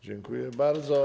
Dziękuję bardzo.